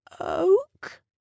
Oak